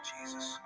Jesus